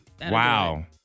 Wow